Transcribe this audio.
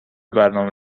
برنامه